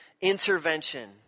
intervention